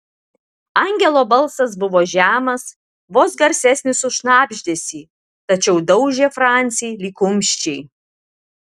angelo balsas buvo žemas vos garsesnis už šnabždesį tačiau daužė francį lyg kumščiai